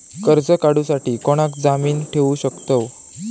कर्ज काढूसाठी कोणाक जामीन ठेवू शकतव?